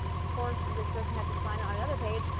of course, this person had to sign on another page.